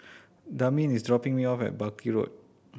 Daneen is dropping me off at Buckley Road